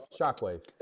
Shockwave